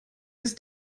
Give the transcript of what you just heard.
ist